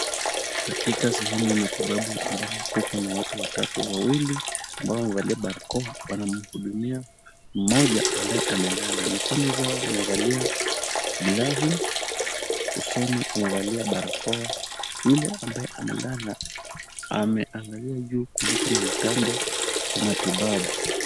Katika sehemu ya matibabu ambapo kuna watu watatu, wawili ambao wamevalia barakoa wanamhudumia mmoja ambaye amelala. Mikono zao wamevalia glavu, usoni amevalia barakoa. Yule ambaye amelala ameangalia juu kuliko na mtambo wa matibabu.